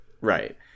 Right